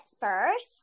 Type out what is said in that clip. first